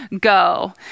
go